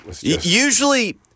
Usually